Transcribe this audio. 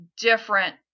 different